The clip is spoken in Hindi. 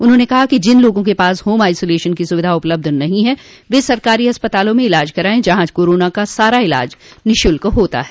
उन्होंने कहा कि जिन लोगों के पास होम आइसोलेशन की सुविधा उपलब्ध नहीं है वे सरकारी अस्पतालों में इलाज कराये जहां कोरोना का सारा इलाज निःशुल्क होता है